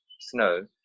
snow